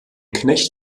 knecht